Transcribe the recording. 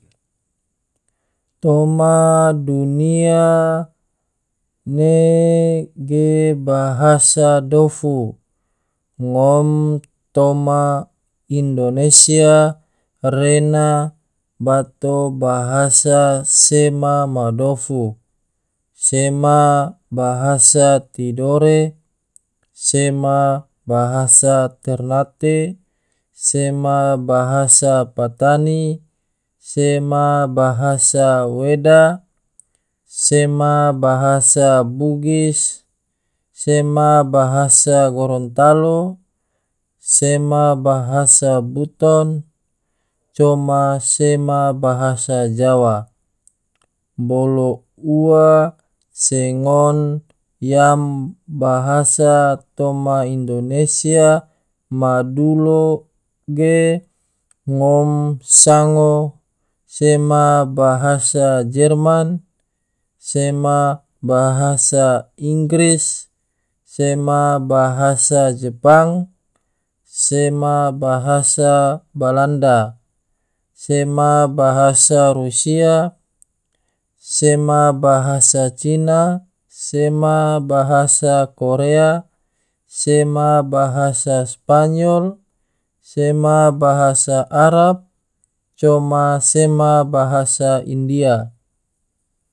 Toma dunia ne ge bahasa dofu, ngom toma indonesia rena bato bahasa sema ma dofu, sema bahasa tidore, sema bahasa ternate, sema bahasa patani, sema bahasa weda, sema bahasa bugis, sema bahasa gorontalo, sema bahasa buton, sema coma sema bahasa jawa. bolo ua se ngon yam bahasa toma indonesia ma dulu ge ngom sango sema bahasa jerman, sema bahasa inggris, sema bahasa jepang, sema bahasa balanda, sema bahasa rusia, sema bahasa cina, sema bahasa korea, sema bahasa spanyol, sema bahasa arab, coma sema bahasa india.